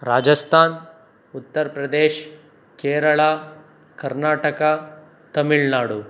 Rajasthan Uttar Pradesh Kerala Karnataka Tamil Nadu